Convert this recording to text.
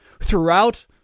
throughout